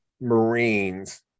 marines